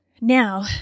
Now